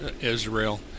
Israel